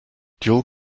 dual